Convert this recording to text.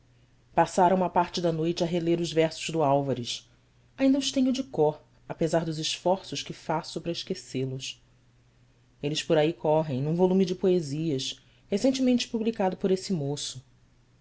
passara uma parte da noite a reler os versos do álvares ainda os tenho de cor apesar dos esforços que faço para esquecê los eles por aí correm num volume de poesias recentemente publicado por esse moço